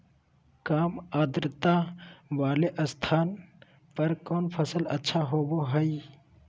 काम आद्रता वाले स्थान पर कौन फसल अच्छा होबो हाई?